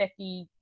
50